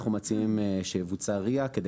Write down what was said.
אנחנו מציעים שיבוצע ריא (RIA) כדי